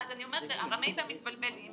הרמאים והמתבלבלים,